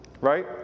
Right